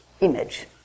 image